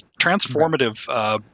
transformative